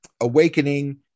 Awakening